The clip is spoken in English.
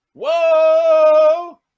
Whoa